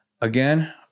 again